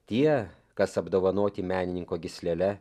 tie kas apdovanoti menininko gyslele